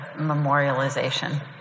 memorialization